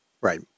Right